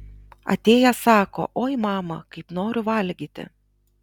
atėjęs sako oi mama kaip noriu valgyti